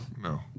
No